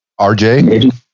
RJ